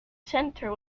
center